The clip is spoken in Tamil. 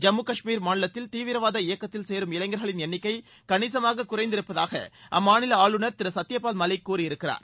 ஜம்மு கஷ்மீர் மாநிலத்தில் தீவிரவாத இயக்கத்தில் சேரும் இளைஞர்களின் எண்ணிக்கை கணிசமாக குறைந்திருப்பதாக அம்மாநில ஆளுநர் திரு சத்தியபால் மாலிக் கூறியிருக்கிறார்